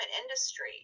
industry